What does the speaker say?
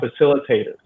facilitators